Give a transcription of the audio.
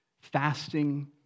Fasting